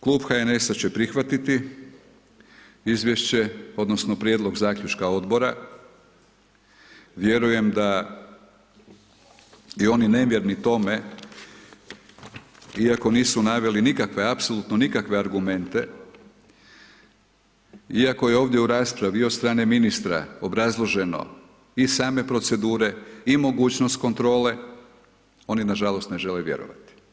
Klub HNS-a će prihvatiti izvješće odnosno prijedlog zaključka Odbora, vjerujem da i oni nevjerni Tome iako nisu naveli nikakve, apsolutno nikakve argumente, iako je ovdje u raspravi od strane ministra obrazloženo i same procedure, i mogućnost kontrole, oni nažalost, ne žele vjerovati.